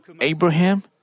Abraham